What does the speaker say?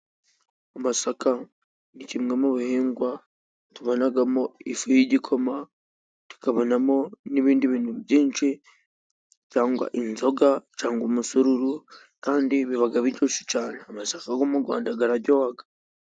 Amasaka ni kimwe mu bihingwa tubonamo ifu y'igikoma ,tukabonamo n'ibindi bintu byinshi cyangwa inzoga, cyangwa umusururu ,kandi biba biryoshye cyane amasaka yo mu Rwanda araryoha.